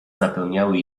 zapełniały